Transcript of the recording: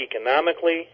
economically